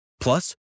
Plus